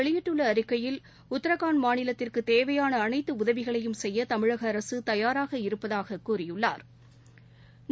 வெளியிட்டுள்ள உத்தரகாண்ட் அறிக்கையில் அவர் மாநிலத்திற்கு தேவையான அனைத்து உதவிகளையும் செய்ய தமிழக அரசு தயாராக இருப்பதாக கூறியுள்ளாா்